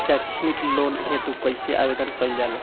सैक्षणिक लोन हेतु कइसे आवेदन कइल जाला?